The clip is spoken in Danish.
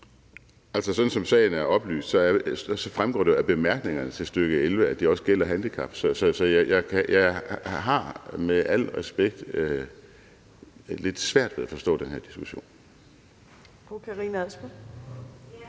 sådan som sagen er oplyst, fremgår det jo af bemærkningerne til nr. 11, at det også gælder handicap. Så jeg har, med al respekt, lidt svært ved at forstå den her diskussion.